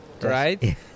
right